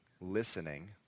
listening